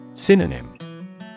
Synonym